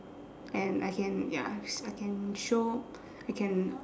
and I can ya s~ I can show I can